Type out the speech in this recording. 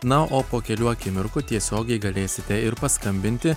na o po kelių akimirkų tiesiogiai galėsite ir paskambinti